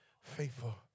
faithful